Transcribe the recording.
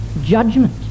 Judgment